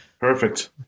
Perfect